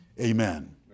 Amen